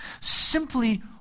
simply